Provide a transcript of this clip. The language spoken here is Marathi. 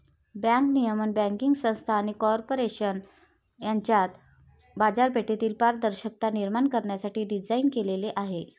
बँक नियमन बँकिंग संस्था आणि कॉर्पोरेशन यांच्यात बाजारपेठेतील पारदर्शकता निर्माण करण्यासाठी डिझाइन केलेले आहे